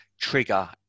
trigger